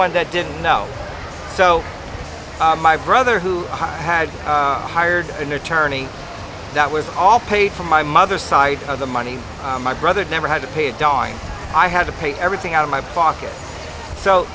one that didn't know so my brother who had hired an attorney that was all paid for my mother's side of the money my brother never had to pay a dime i had to pay everything out of my pocket so